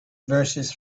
verses